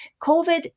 COVID